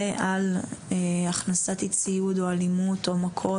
ועל הכנסת ציוד, או אלימות או מכות.